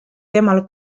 temal